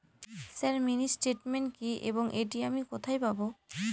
Sir mini statement কি এবং এটি আমি কোথায় পাবো?